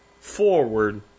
forward